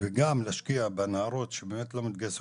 וגם להשקיע בנערות שבאמת לא מתגייסות